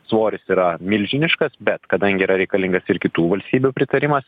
svoris yra milžiniškas bet kadangi yra reikalingas ir kitų valstybių pritarimas